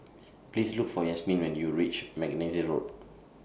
Please Look For Yasmine when YOU REACH Mackenzie Road